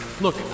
Look